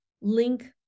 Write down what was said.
link